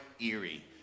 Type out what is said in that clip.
eerie